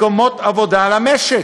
מקומות עבודה למשק.